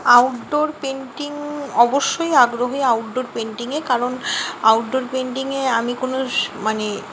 outdoor painting অবশ্যই আগ্রহী outdoor পেন্টিংয়ে কারণ আউটডোর পেন্টিংয়ে আমি কোনো সো মানে